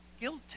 guilty